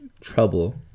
trouble